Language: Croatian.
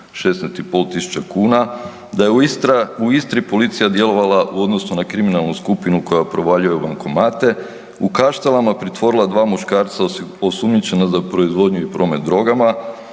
16.500 kuna, da je u Istri policija djelovala u odnosu na kriminalnu skupinu koja provaljuje u bankomate, u Kaštelama pritvorila dva muškarca osumnjičena za proizvodnju i promet drogama,